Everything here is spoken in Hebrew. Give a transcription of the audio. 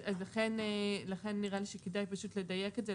לכן נראה לי שפשוט כדאי לדייק את זה,